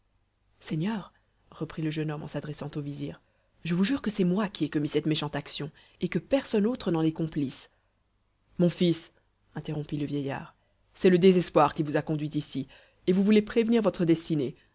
seigneur reprit le jeune homme en s'adressant au vizir je vous jure que c'est moi qui ai commis cette méchante action et que personne au monde n'en est complice mon fils interrompit le vieillard c'est le désespoir qui vous a conduit ici et vous voulez prévenir votre destinée